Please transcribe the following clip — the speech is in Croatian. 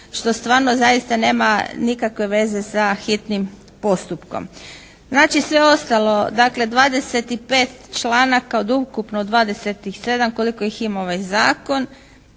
što stvarno zaista nema nikakve veze sa hitnim postupkom. Znači sve ostalo dakle 25 članaka od ukupno 27 koliko ih ima ovaj zakon